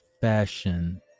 fashion